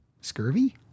Scurvy